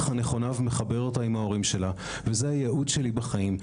הנכונה ומחבר אותה עם ההורים שלה וזה הייעוד שלי בחיים.